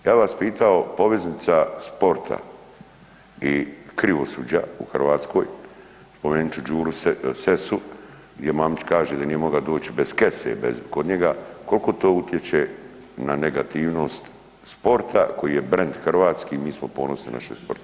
Ja bih vas pitao poveznica sporta i krivosuđa u Hrvatskoj, spomenut ću Đuru Sesu gdje Mamić kaže da nije mogao doći bez kese kod njega, koliko to utječe na negativnost sporta koji je brend hrvatski, mi smo ponosni na naše sportaše?